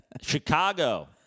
Chicago